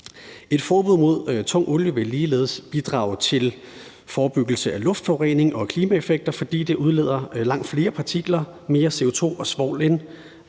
Et forbud mod tung olie vil ligeledes bidrage til forebyggelse af luftforurening og klimaeffekter, fordi tung olie udleder langt flere partikler, mere CO2 og mere svovl end